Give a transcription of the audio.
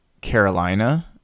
Carolina